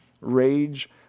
rage